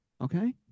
Okay